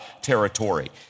territory